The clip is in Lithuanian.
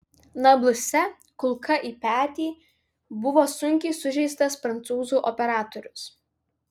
nabluse kulka į petį buvo sunkiai sužeistas prancūzų operatorius